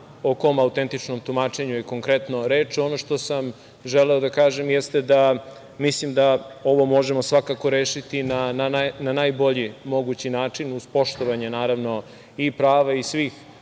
o kom autentičnom tumačenju je konkretno reč. Ono što sam želeo da kažem jeste da ovo možemo svakako rešiti na najbolji mogući način uz poštovanje naravno prava i svih